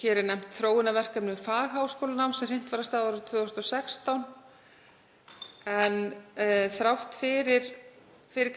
Hér er nefnt þróunarverkefni um fagháskólanám sem hrint var af stað árið 2016. En þrátt fyrir þær